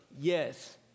Yes